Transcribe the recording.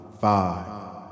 Five